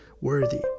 worthy